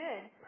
good